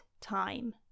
time